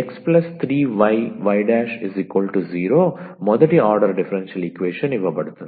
𝑥 3𝑦𝑦′ 0 మొదటి order differential equation ఇవ్వబడుతుంది